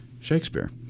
Shakespeare